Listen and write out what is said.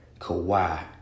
Kawhi